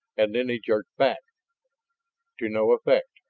and then he jerked back to no effect.